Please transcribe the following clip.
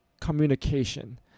communication